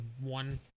one